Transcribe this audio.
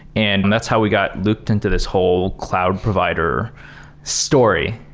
and that's how we got looped into this whole cloud provider story.